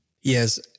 Yes